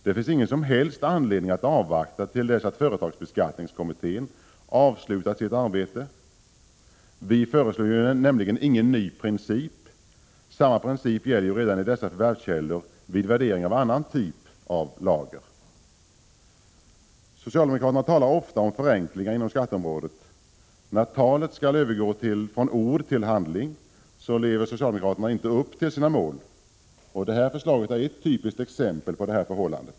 Det finns ingen som helst anledning att avvakta till dess att företagsbeskattningskommittén avslutat sitt arbete. Vi föreslår ju ingen ny princip. Samma princip gäller redan i dessa förvärvskällor vid värdering av annan typ av lager. Socialdemokraterna talar ofta om förenklingar inom skatteområdet. När talet skall övergå från ord till handling lever socialdemokraterna inte upp till sina mål. Det här förslaget är ett typiskt exempel på detta förhållande.